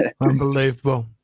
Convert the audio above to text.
unbelievable